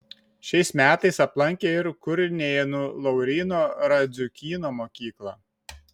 šiais metais aplankė ir kurnėnų lauryno radziukyno mokyklą